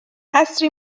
قصری